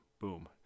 Boom